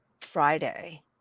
Friday